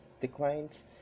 declines